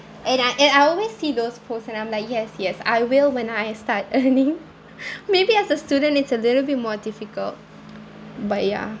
and I and I always see those posts and I'm like yes yes I will when I start earning maybe as a student it's a little bit more difficult but ya